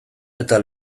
eta